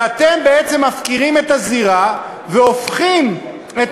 ואתם בעצם מפקירים את הזירה והופכים את